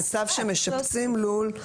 למצב שמשפצים לול.